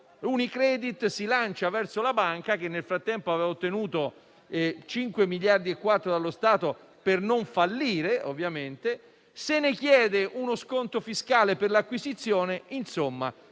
Unicredit si lancia verso la banca, che nel frattempo aveva ottenuto 5,4 miliardi dallo Stato per non fallire; se ne chiede uno sconto fiscale per l'acquisizione. Insomma,